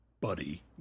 buddy